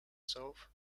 self